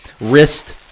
wrist